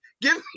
Give